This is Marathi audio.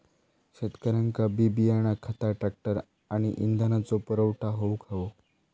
शेतकऱ्यांका बी बियाणा खता ट्रॅक्टर आणि इंधनाचो पुरवठा होऊक हवो